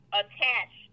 attach